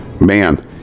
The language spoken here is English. man